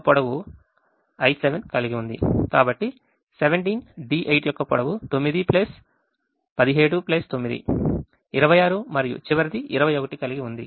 కాబట్టి 17 D8 యొక్క పొడవు 9 17 9 26 మరియు చివరిది 21 కలిగి ఉంది